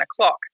o'clock